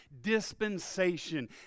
dispensation